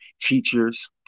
teachers